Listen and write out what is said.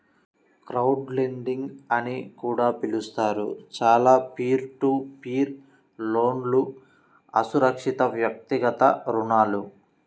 crowdlending అని కూడా పిలుస్తారు, చాలా పీర్ టు పీర్ లోన్లుఅసురక్షితవ్యక్తిగత రుణాలు